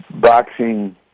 boxing